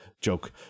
joke